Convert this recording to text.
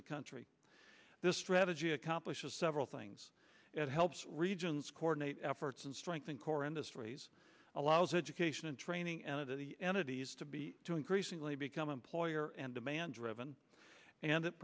the country strategy accomplishes several things it helps regions coordinate efforts and strengthening core industries allows education and training at the entities to be increasingly become employer and demand driven and it